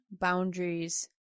boundaries